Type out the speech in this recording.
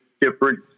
different